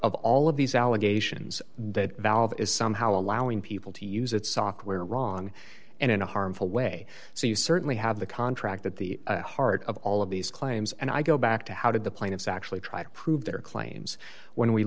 of all of these allegations that valve is somehow allowing people to use its software wrong and in a harmful way so you certainly have the contract that the heart of all of these claims and i go back to how did the plaintiffs actually try to prove their claims when we